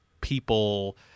people